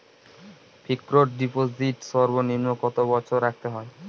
Fixed deposit সর্বনিম্ন কত বছর রাখতে হয়?